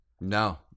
No